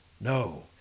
No